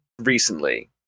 recently